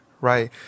Right